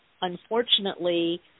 unfortunately